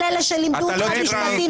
כל אלה שלימדו אותך משפטים,